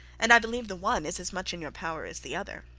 and i believe the one is as much in your power as the other